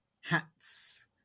hats